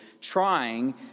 trying